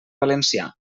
valencià